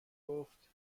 گفت